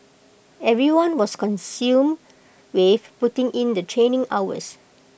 everyone was consumed with putting in the training hours